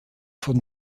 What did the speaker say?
von